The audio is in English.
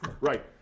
Right